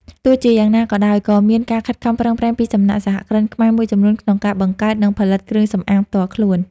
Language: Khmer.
ទោះជាយ៉ាងណាក៏ដោយ ក៏មានការខិតខំប្រឹងប្រែងពីសំណាក់សហគ្រិនខ្មែរមួយចំនួនក្នុងការបង្កើត និងផលិតគ្រឿងសម្អាងផ្ទាល់ខ្លួន។